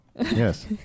Yes